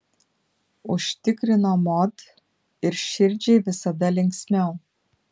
užtikrino mod ir širdžiai visada linksmiau